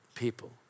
people